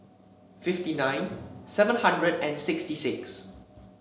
fifty nine seven hundred and sixty six